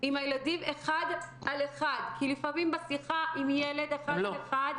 עם הילדים אחד על אחד כי לפעמים בשיחה אחד על אחד,